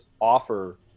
offer